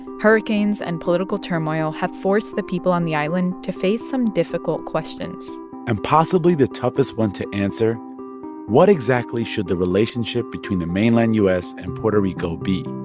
hurricanes and political turmoil have forced the people on the island to face some difficult questions and possibly the toughest one to answer what exactly should the relationship between the mainland u s. and puerto rico be?